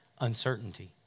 uncertainty